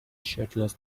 shirtless